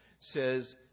says